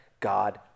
God